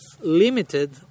limited